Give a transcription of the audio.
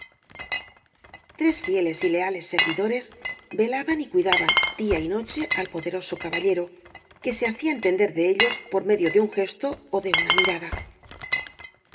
tres fieles y leales servidores velaban y cuidaban día y noche al poderoso caballero que se hacía entender de ellos por medio de un gesto ó de una mirada